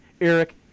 Eric